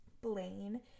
Blaine